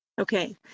Okay